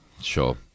Sure